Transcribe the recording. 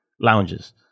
lounges